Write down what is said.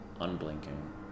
unblinking